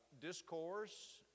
discourse